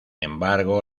embargo